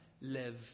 live